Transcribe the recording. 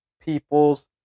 people's